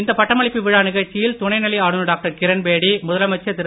இந்த பட்டமளிப்பு விழா நிகழ்ச்சியில் துணைநிலை ஆளுநர் டாக்டர் கிரண்பேடி முதலமைச்சர் திரு